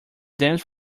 dance